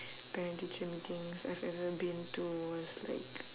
parent teacher meetings I've ever been to was like